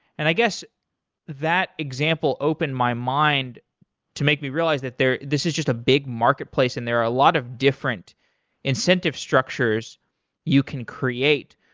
and i guess that example opened my mind to make me realize that this is just a big marketplace and there are a lot of different incentive structures you can create.